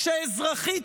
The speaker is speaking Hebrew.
כאשר אזרחית,